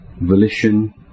volition